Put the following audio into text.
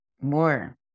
more